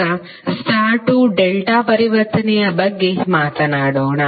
ಈಗ star to delta ಪರಿವರ್ತನೆಯ ಬಗ್ಗೆ ಮಾತನಾಡೋಣ